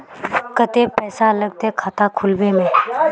केते पैसा लगते खाता खुलबे में?